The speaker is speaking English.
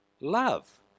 love